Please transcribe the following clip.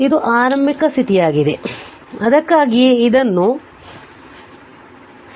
ಆದ್ದರಿಂದ ಇದು ಆರಂಭಿಕ ಸ್ಥಿತಿಯಾಗಿದೆ ಅದಕ್ಕಾಗಿಯೇ ಇದನ್ನು 0 ಎಂದು ಬರೆಯುವುದು ಆಗಿದೆ